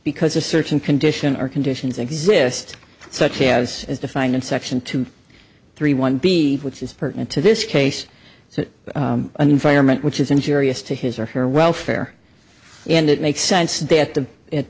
because a certain condition or conditions exist such as is defined in section two three one b which is pertinent to this case so an environment which is injurious to his or her welfare and it makes sense that the